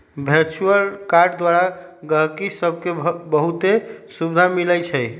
virtual card द्वारा गहकि सभके बहुते सुभिधा मिलइ छै